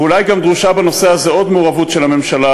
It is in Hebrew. ואולי גם דרושה בנושא הזה עוד מעורבות של הממשלה